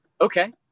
okay